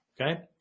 Okay